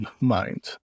mind